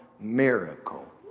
miracle